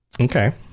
Okay